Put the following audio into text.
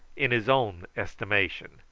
in his own estimation,